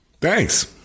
Thanks